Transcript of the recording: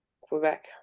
Quebec